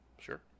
Sure